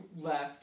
left